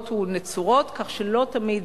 כך שלא תמיד